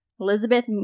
Elizabeth